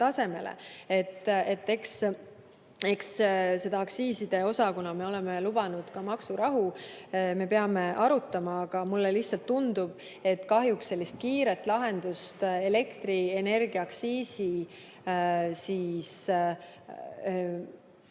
tasemele. Eks seda aktsiiside osa, kuna me oleme lubanud ka maksurahu, me peame arutama, aga mulle lihtsalt tundub, et kahjuks kiiret lahendust elektrienergia aktsiisi